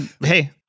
Hey